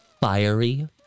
fiery